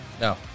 No